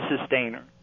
sustainer